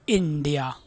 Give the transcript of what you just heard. India